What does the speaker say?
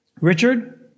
Richard